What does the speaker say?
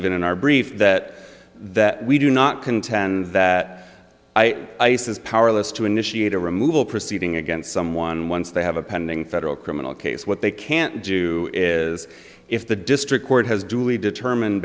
in in our brief that that we do not contend that i was powerless to initiate a removal proceeding against someone once they have a pending federal criminal case what they can't do is if the district court has duly determine